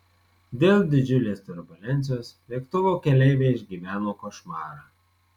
dėl didžiulės turbulencijos lėktuvo keleiviai išgyveno košmarą